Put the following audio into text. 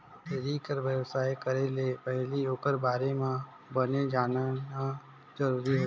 dairy कर बेवसाय करे ले पहिली ओखर बारे म बने जानना जरूरी होथे